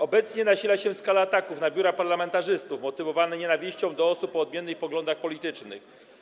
Obecnie zwiększa się skala ataków na biura parlamentarzystów, motywowanych nienawiścią do osób o odmiennych poglądach politycznych.